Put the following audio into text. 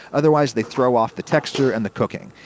otherwise they throw off the texture and the cooking.